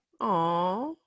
Aw